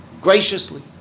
graciously